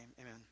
Amen